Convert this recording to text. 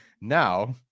Now